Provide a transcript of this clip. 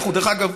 דרך אגב,